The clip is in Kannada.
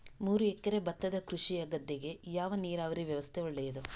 ಮೂರು ಎಕರೆ ಭತ್ತದ ಕೃಷಿಯ ಗದ್ದೆಗೆ ಯಾವ ನೀರಾವರಿ ವ್ಯವಸ್ಥೆ ಒಳ್ಳೆಯದು?